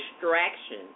distraction